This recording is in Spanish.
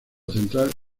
central